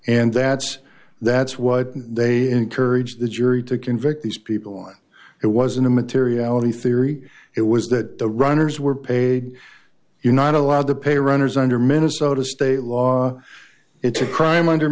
and that's that's what they encourage the jury to convict these people on it was in the materiality theory it was that the runners were paid you're not allowed to pay runners under minnesota state law it's a crime under